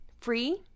Free